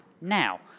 Now